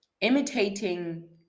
imitating